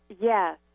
Yes